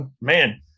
man